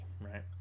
Right